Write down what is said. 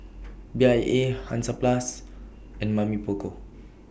Bia Hansaplast and Mamy Poko